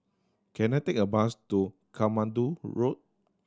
can I take a bus to Katmandu Road